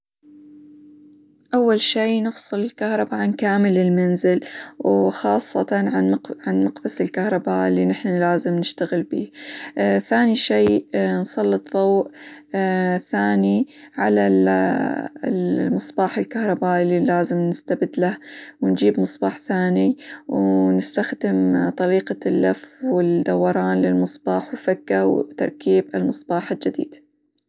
أول شي نفصل الكهرباء عن كامل المنزل وخاصة عن -مقب-مقبس الكهرباء اللي نحنا لازم نشتغل بيه، ثاني شيء نسلط ظوء ثاني على -ال- المصباح الكهربائي اللي لازم نستبدله، ونجيب مصباح ثاني، ونستخدم طريقة اللف، والدوران للمصباح، وفكه، وبتركيب المصباح الجديد.